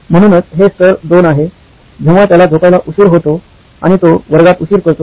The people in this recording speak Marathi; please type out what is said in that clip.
म्हणूनच हे स्तर 2 आहे जेव्हा त्याला झोपायला उशीर होतो आणि तो वर्गात उशीर करतो